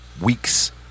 weeks